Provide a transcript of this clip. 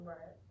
Right